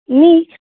न्ही